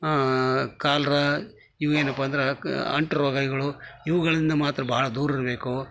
ಕಾಲ್ರ ಇವೇನಪ್ಪ ಅಂದ್ರ ಕ ಅಂಟು ರೋಗಗಳು ಇವುಗಳಿಂದ ಮಾತ್ರ ಭಾಳ ದೂರ ಇರಬೇಕು